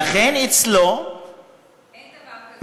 לכן אצלו, אין דבר כזה.